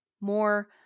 more